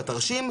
בתרשים,